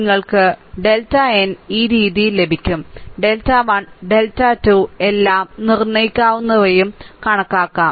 നിങ്ങൾക്ക് delta n ഈ രീതിയിൽ ലഭിക്കും ഡെൽറ്റ 1 ഡെൽറ്റ 2 എല്ലാം നിർണ്ണയിക്കാവുന്നവയും കണക്കാക്കാം